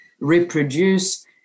reproduce